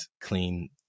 clean